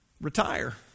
retire